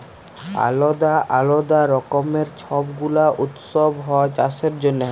আলদা আলদা রকমের ছব গুলা উৎসব হ্যয় চাষের জনহে